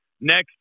next